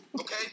Okay